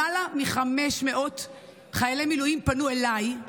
למעלה מ-500 חיילי מילואים פנו אליי.